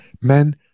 Men